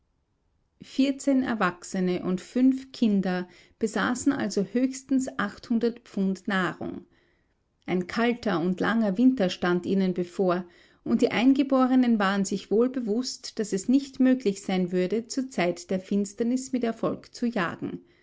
erwachsene und fünf kinder besaßen also höchstens achthundert pfund nahrung ein langer und kalter winter stand ihnen bevor und die eingeborenen waren sich wohl bewußt daß es nicht möglich sein würde zur zeit der finsternis mit erfolg zu jagen